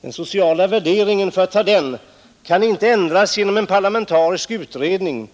Den sociala värderingen kan inte heller ändras genom en parlamentarisk utredning.